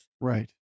Right